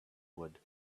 wood